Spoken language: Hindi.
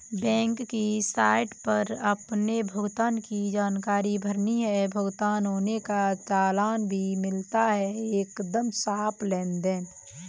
बैंक की साइट पर अपने भुगतान की जानकारी भरनी है, भुगतान होने का चालान भी मिलता है एकदम साफ़ लेनदेन